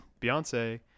Beyonce